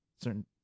certain